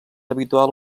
habitual